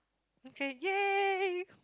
okay !yay!